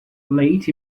late